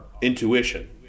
intuition